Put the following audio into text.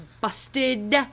busted